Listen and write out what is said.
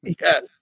Yes